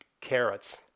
carrots